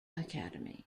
academy